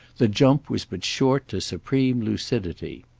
the jump was but short to supreme lucidity.